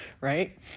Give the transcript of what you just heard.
right